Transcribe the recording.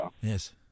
Yes